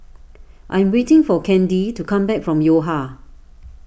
I am waiting for Candy to come back from Yo Ha